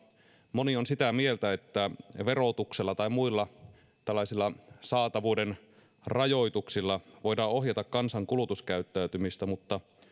moni on sitä mieltä että verotuksella tai muilla tällaisilla saatavuuden rajoituksilla voidaan ohjata kansan kulutuskäyttäytymistä mutta